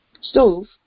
stove